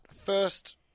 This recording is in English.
First